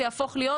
זה יהפוך להיות,